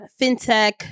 fintech